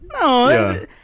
No